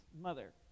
mother